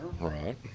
Right